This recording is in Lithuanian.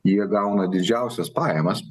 jie gauna didžiausias pajamas